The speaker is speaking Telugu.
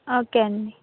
ఓకే అండి